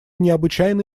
необычайно